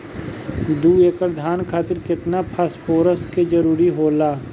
दु एकड़ धान खातिर केतना फास्फोरस के जरूरी होला?